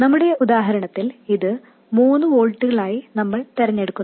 നമ്മുടെ ഉദാഹരണത്തിൽ ഇത് 3 വോൾട്ടുകളായി നമ്മൾ തിരഞ്ഞെടുക്കുന്നു